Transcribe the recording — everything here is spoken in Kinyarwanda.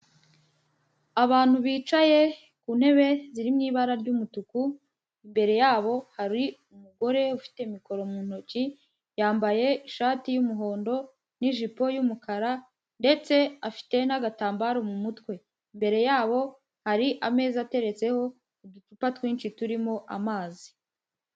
Abantu bicaye ku ntebe ziri mu ibara ry'umutuku, imbere yabo hari umugore ufite mikoro mu ntoki, yambaye ishati y'umuhondo n'ijipo y'umukara ndetse afite n'agatambaro mu mutwe, imbere yabo, hari ameza ateretseho uducupa twinshi turimo amazi.